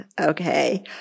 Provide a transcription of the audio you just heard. Okay